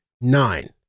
nine